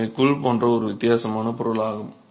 எனவே கூழ் போன்ற ஒரு வித்தியாசமான பொருளாகும்